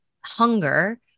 hunger